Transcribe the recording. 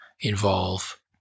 involve